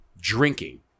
drinking